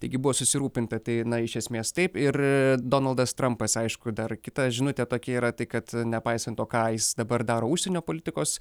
taigi buvo susirūpinta tai na iš esmės taip ir donaldas trampas aišku dar kita žinutė tokia yra tai kad nepaisant to ką jis dabar daro užsienio politikos